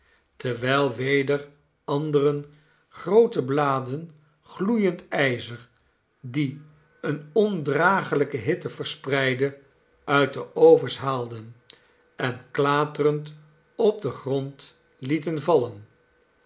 terwijl weder anderen groote bladen gloeiend ijzer die eene ondragelijke hitte verspreidden uit de ovens haalden en klaterend op den grond lieten vallen